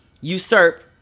usurp